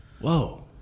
whoa